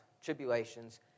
tribulations